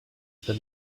that